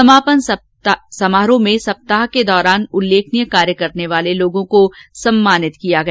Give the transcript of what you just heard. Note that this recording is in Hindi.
समापन समारोह में सप्ताह के दौरान उल्लेखनीय कार्य करने वाले लोगों को सम्मानित किया गया